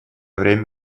время